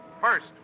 First